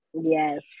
Yes